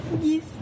Yes